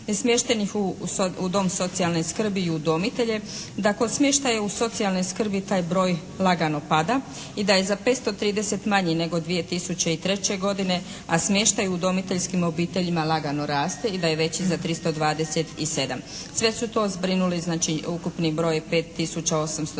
smještenih u Dom socijalne skrbi i udomitelje, da kod smještaje u socijalne skrbi taj broj lagano pada i da je za 530 manji nego 2003. godine, a smještaj u udomiteljskim obiteljima lagano raste i da je veći za 327. Sve su to zbrinuli znači ukupni broj 5877 što je